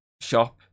shop